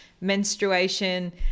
menstruation